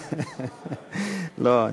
לא.